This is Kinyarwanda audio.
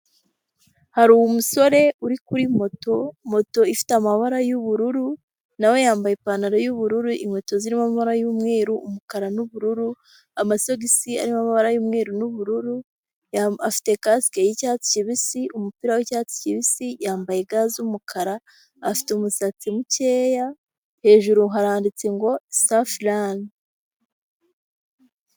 Hari umusore uri kuri moto, moto ifite amabara y'ubururu, na we yambaye ipantaro y'ubururu, inkweto zirimo amara y'umweru, umukara n'ubururu, amasogisi ari mu mabara y'umweru n'ubururu, afite kasike y'icyatsi kibisi, umupira w'icyatsi kibisi, yambaye ga z'umukara, afite umusatsi mukeya, hejuru haranditse ngo safirani.